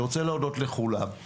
אני רוצה להודות לכולם,